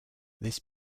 this